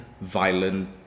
violent